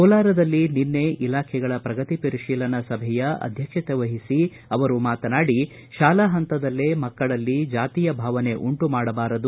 ಕೋಲಾರದಲ್ಲಿ ನಿನ್ನೆ ಇಲಾಖೆಗಳ ಪ್ರಗತಿ ಪರಿಶೀಲನಾ ಸಭೆಯ ಅಧ್ಯಕ್ಷತೆ ವಹಿಸಿ ಅವರು ಮಾತನಾಡಿ ಶಾಲಾ ಹಂತದಲ್ಲೇ ಮಕ್ಕಳಲ್ಲಿ ಜಾತಿಯ ಭಾವನೆ ಉಂಟುಮಾಡಬಾರದು